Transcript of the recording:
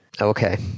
Okay